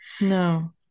No